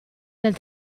del